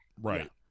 right